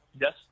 Yes